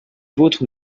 vôtres